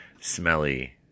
smelly